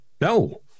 no